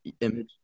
image